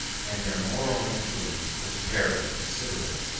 and their moral influence was very considerable.